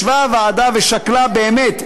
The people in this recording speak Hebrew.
ישבה הוועדה ושקלה באמת,